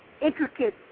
intricate